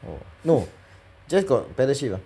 orh no just got peddle sheet ah